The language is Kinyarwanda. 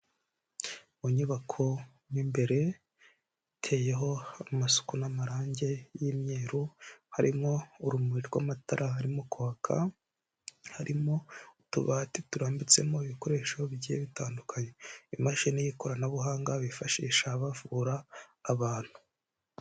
Mu nyubako mo imbere iteyeho amasuku n'amarange y'imyeru, harimo urumuri rw'amatara arimo kwaka, harimo utubati turambitsemo ibikoresho bigiye bitandukanye, imashini y'ikoranabuhanga bifashisha bavura abantu.